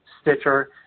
Stitcher